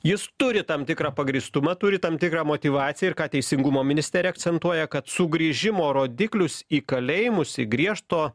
jis turi tam tikrą pagrįstumą turi tam tikrą motyvaciją ir ką teisingumo ministerija akcentuoja kad sugrįžimo rodiklius į kalėjimus į griežto